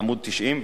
עמ' 90,